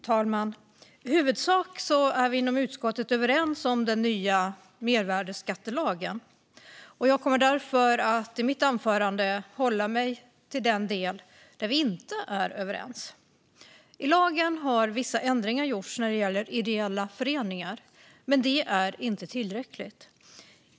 Fru talman! I huvudsak är vi överens inom utskottet om den nya mervärdesskattelagen. Jag kommer därför i mitt anförande att hålla mig till den del där vi inte är överens. I lagen har vissa ändringar gjorts när det gäller ideella föreningar, men det är inte tillräckligt.